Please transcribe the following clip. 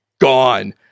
gone